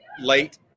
late